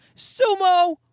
Sumo